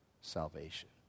salvation